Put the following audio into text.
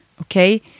Okay